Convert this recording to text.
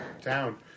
town